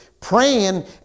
Praying